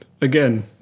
again